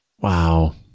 Wow